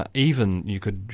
ah even you could,